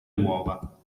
uova